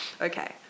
Okay